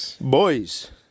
Boys